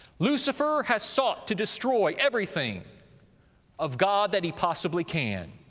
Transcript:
lucifer has sought to destroy everything of god that he possibly can.